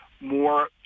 more